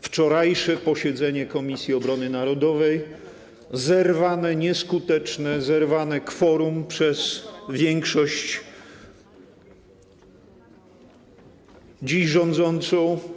Wczorajsze posiedzenie Komisji Obrony Narodowej zerwane, nieskuteczne - zerwane kworum przez większość dziś rządzącą.